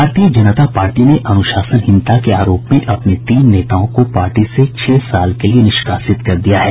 भारतीय जनता पार्टी ने अनुशासनहीनता के आरोप में अपने तीन नेताओं को पार्टी से छह साल के लिए निष्कासित कर दिया है